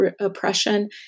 oppression